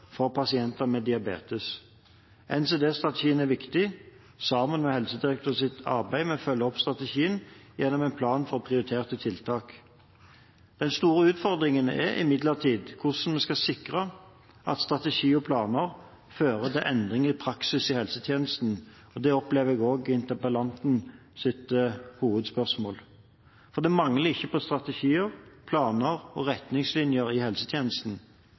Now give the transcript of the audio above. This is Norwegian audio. for pasienter med diabetes. NCD-strategien er viktig, og det samme er Helsedirektoratets arbeid med å følge opp strategien gjennom en plan med prioriterte tiltak. Den store utfordringen er imidlertid hvordan vi kan sikre at strategier og planer fører til endringer i praksis i helsetjenesten, og det opplevde jeg også at var interpellantens hovedspørsmål. Det mangler ikke på strategier, planer og retningslinjer i helsetjenesten.